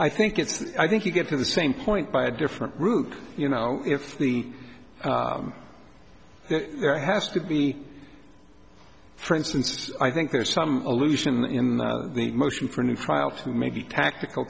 i think it's i think you get to the same point by a different route you know if he has to be for instance i think there's some allusion in the motion for new trial to maybe tactical